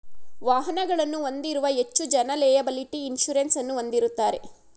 ವಾಹನಗಳನ್ನು ಹೊಂದಿರುವ ಹೆಚ್ಚು ಜನ ಲೆಯಬಲಿಟಿ ಇನ್ಸೂರೆನ್ಸ್ ಅನ್ನು ಹೊಂದಿರುತ್ತಾರೆ